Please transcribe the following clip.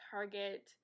Target